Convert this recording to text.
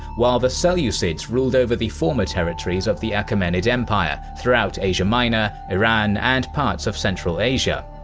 while the seleucids ruled over the former territories of the achaemenid empire, throughout asia minor, iran, and parts of central asia.